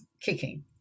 kicking